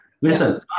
Listen